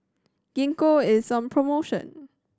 gingko is on promotion